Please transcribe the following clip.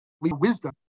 wisdom